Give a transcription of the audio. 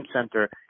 Center